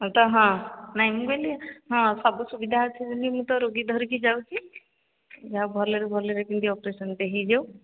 ହଁ ତ ହଁ ନାଇଁ ମୁଁ କହିଲି ହଁ ସବୁ ସୁବିଧା ଅଛି ବୋଲି ମୁଁ ତ ରୋଗୀ ଧରିକି ଯାଉଛି ଯାହା ଭଲରେ ଭଲରେ କେମିତି ଅପରେସନଟା ହୋଇଯାଉ